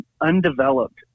undeveloped